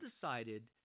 decided